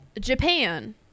japan